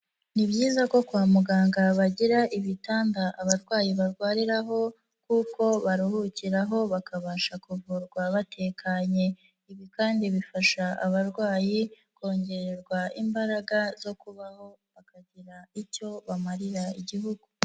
Ni byiza ko kwa muganga bagira ibitanda abarwayi barwariraho kuko baruhukiraho, bakabasha kuvurwa batekanye, ibi kandi bifasha abarwayi kongererwa imbaraga zo kubaho, bakagira icyo bamarira Igihugu.